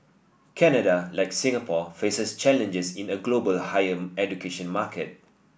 Canada like Singapore faces challenges in a global higher education market